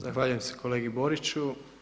Zahvaljujem se kolegi Boriću.